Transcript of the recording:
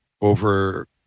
over